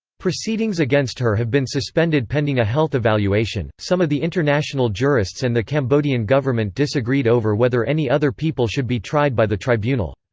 proceedings against her have been suspended pending a health evaluation some of the international jurists and the cambodian government disagreed over whether any other people should be tried by the tribunal.